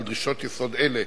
על דרישות יסוד אלה,